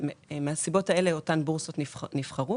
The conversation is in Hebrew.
מהסיבות האלו, אותן בורסות נבחרו.